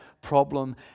problem